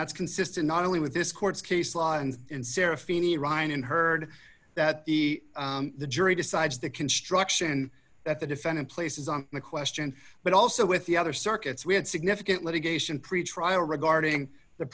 that's consistent not only with this court's case law and and sarah feeney rhein and heard that the the jury decides the construction that the defendant places on the question but also with the other circuits we had significant litigation pretrial regarding the